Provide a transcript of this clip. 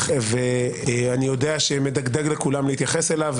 אני יודע שמדגדג לכולם להתייחס אליו.